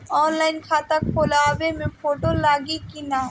Online खाता खोलबाबे मे फोटो लागि कि ना?